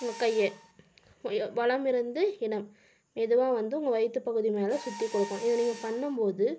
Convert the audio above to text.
உங்கள் கையை வலமிருந்து இடம் மெதுவாக வந்து உங்கள் வயிற்று பகுதி மேலே சுற்றி கொடுக்கணும் இதை நீங்கள் பண்ணும்போது